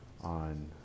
on